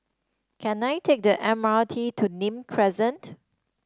can I take the M R T to Nim Crescent